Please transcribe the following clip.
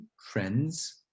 friends